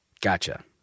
Gotcha